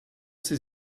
ses